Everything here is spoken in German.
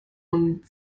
und